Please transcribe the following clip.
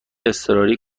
اضطراری